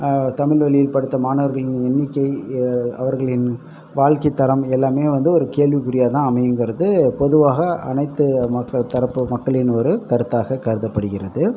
தமிழ் வழியில் படித்த மாணவர்களின் எண்ணிக்கை அவர்களின் வாழ்க்கை தரம் எல்லாமே வந்து ஒரு கேள்வி குறியாகதான் அமையும்ங்கிறது பொதுவாக அனைத்து மக்கள் தரப்பு மக்களின் ஒரு கருத்தாக கருதப்படுகிறது